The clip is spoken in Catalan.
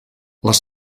les